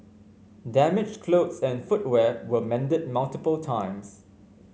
damaged clothes and footwear were mended multiple times